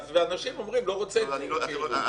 ואנשים אומרים שהם לא רוצים את זה.